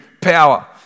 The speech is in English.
power